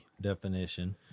definition